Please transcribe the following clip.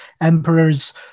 emperors